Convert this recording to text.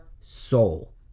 soul